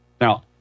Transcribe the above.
Now